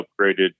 upgraded